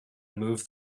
move